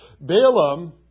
Balaam